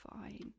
Fine